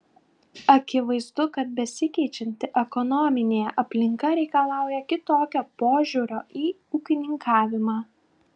akivaizdu kad besikeičianti ekonominė aplinka reikalauja kitokio požiūrio į ūkininkavimą